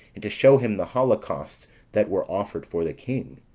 and to shew him the holocausts that were offered for the king.